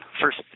first